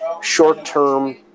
short-term